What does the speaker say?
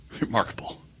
remarkable